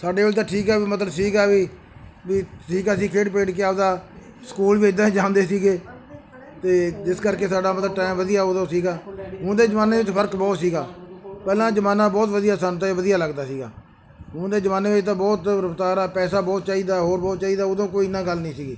ਸਾਡੇ ਵੇਲੇ ਤਾਂ ਠੀਕ ਆ ਵੀ ਮਤਲਬ ਠੀਕ ਆ ਵੀ ਵੀ ਠੀਕ ਅਸੀਂ ਖੇਡ ਪੇਡ ਕੇ ਆਪਦਾ ਸਕੂਲ ਵੀ ਇੱਦਾਂ ਜਾਂਦੇ ਸੀਗੇ ਅਤੇ ਜਿਸ ਕਰਕੇ ਸਾਡਾ ਮਤਲਬ ਟਾਈਮ ਵਧੀਆ ਉਦੋਂ ਸੀਗਾ ਹੁਣ ਦੇ ਜ਼ਮਾਨੇ ਵਿੱਚ ਫਰਕ ਬਹੁਤ ਸੀਗਾ ਪਹਿਲਾਂ ਜ਼ਮਾਨਾ ਬਹੁਤ ਵਧੀਆ ਸਾਨੂੰ ਤਾਂ ਇਹ ਵਧੀਆ ਲੱਗਦਾ ਸੀਗਾ ਹੁਣ ਦੇ ਜ਼ਮਾਨੇ ਵਿੱਚ ਤਾਂ ਬਹੁਤ ਰਫਤਾਰ ਆ ਪੈਸਾ ਬਹੁਤ ਚਾਹੀਦਾ ਹੋਰ ਬਹੁਤ ਚਾਹੀਦਾ ਉਦੋਂ ਕੋਈ ਨਾ ਗੱਲ ਨਹੀਂ ਸੀ